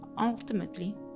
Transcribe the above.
ultimately